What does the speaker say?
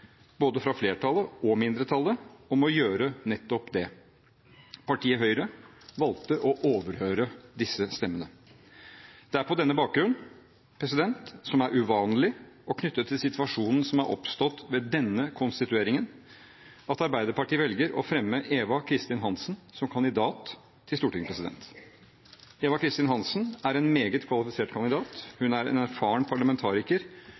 både fra flertallet og fra mindretallet, om å gjøre nettopp det. Partiet Høyre valgte å overhøre disse stemmene. Det er på denne bakgrunn, som er uvanlig, og knyttet til situasjonen som er oppstått ved denne konstitueringen, at Arbeiderpartiet velger å fremme Eva Kristin Hansen som kandidat til stortingspresident. Eva Kristin Hansen er en meget kvalifisert kandidat. Hun er en erfaren parlamentariker